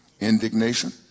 indignation